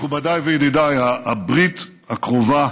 מכובדיי וידידיי, הברית הקרובה